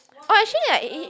oh actually like he